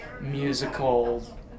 musical